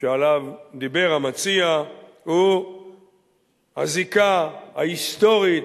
שעליו דיבר המציע הוא הזיקה ההיסטורית,